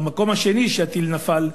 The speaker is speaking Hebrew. במקום השני שהטיל נפל,